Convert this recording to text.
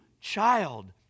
child